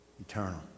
eternal